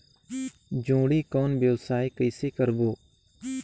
जोणी कौन व्यवसाय कइसे करबो?